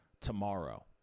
tomorrow